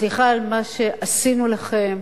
סליחה על מה שעשינו לכם,